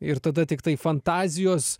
ir tada tiktai fantazijos